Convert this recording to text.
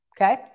okay